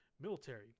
military